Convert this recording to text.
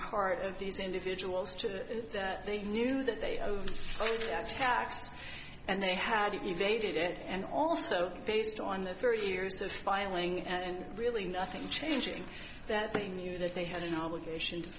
part of these individuals to that they knew that they owed taxes and they had evaded it and also based on the thirty years of filing and really nothing changing that they knew that they had an obligation to